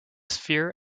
sphere